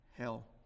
hell